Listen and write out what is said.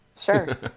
sure